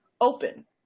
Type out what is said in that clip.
open